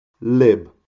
Lib